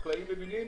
החקלאים מבינים,